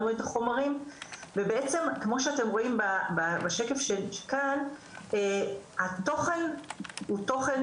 את החומרים ובעצם כמו שאתם רואים בשקף שכאן התוכן הוא תוכן